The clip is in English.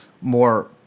more